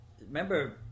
Remember